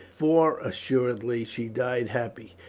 for assuredly she died happy.